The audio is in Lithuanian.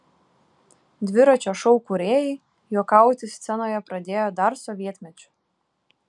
dviračio šou kūrėjai juokauti scenoje pradėjo dar sovietmečiu